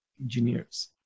Engineers